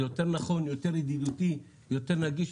זה יותר נכון, יותר ידידותי, יותר נגיש.